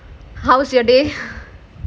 how was your day